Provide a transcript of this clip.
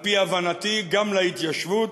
ועל-פי הבנתי גם להתיישבות.